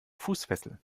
fußfessel